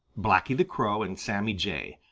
blacky the crow and sammy jay,